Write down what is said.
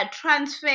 transfer